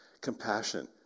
Compassion